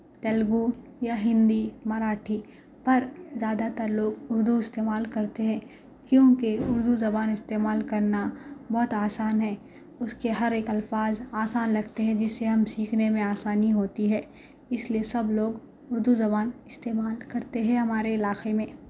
تیلگو یا ہندی مراٹھی پر زیادہ تر لوگ اردو استعمال کرتے ہیں کیونکہ اردو زبان استعمال کرنا بہت آسان ہے اس کے ہر ایک الفاظ آسان لگتے ہیں جس سے ہم سیکھنے میں آسانی ہوتی ہے اس لئے سب لوگ اردو زبان استعمال کرتے ہیں ہمارے علاقے میں